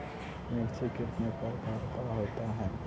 मिर्ची कितने प्रकार का होता है?